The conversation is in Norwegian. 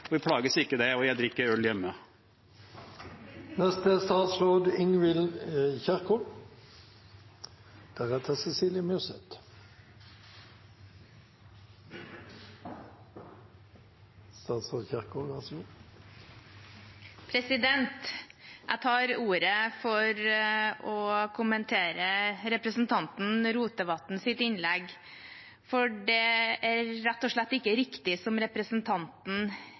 og plages ikke av dette, og jeg drikker øl hjemme. Jeg tar ordet for å kommentere representanten Rotevatns innlegg. Det er rett og slett ikke riktig slik representanten